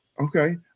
Okay